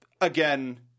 again